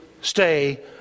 stay